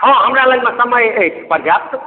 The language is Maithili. हँ हमरा लगमे समय अछि पर्याप्त